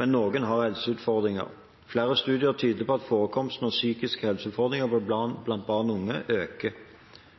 men noen har helseutfordringer. Flere studier tyder på at forekomsten av psykiske helseutfordringer blant barn og unge øker.